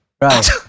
Right